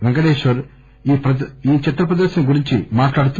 పెంకటేశ్వర్ ఈ చిత్ర ప్రదర్నన గురించి మాట్లాడుతూ